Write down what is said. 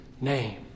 name